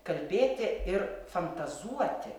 kalbėti ir fantazuoti